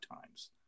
times